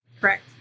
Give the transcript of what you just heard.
Correct